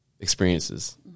experiences